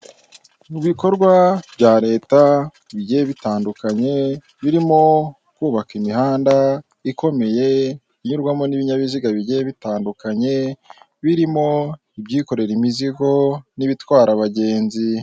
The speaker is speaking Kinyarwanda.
Mu bikorwa bya leta bigiye bitandukanye birimo kubaka imihanda ikomeye inyurwamo n'ibinyabiziga bigiye bitandukanye birimo ibyikorera imizigo n'ibitwara abagenzi.